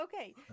Okay